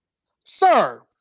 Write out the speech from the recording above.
sir